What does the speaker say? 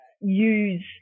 use